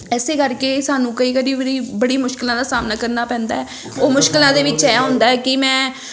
ਇਸ ਕਰਕੇ ਸਾਨੂੰ ਕਈ ਕਰੀ ਵਾਰੀ ਬੜੀ ਮੁਸ਼ਕਲਾਂ ਦਾ ਸਾਹਮਣਾ ਕਰਨਾ ਪੈਂਦਾ ਉਹ ਮੁਸ਼ਕਲਾਂ ਦੇ ਵਿੱਚ ਇਹ ਹੁੰਦਾ ਕਿ ਮੈਂ